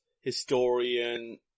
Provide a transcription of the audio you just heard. historian